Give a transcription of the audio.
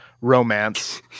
romance